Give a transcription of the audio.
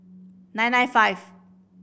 nine nine five